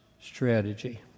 strategy